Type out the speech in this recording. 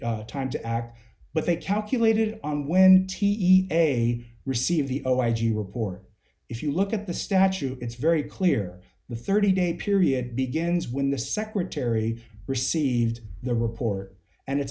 issue time to act but they calculated on when t e a receive the oh i do report if you look at the statute it's very clear the thirty day period begins when the secretary received the report and it's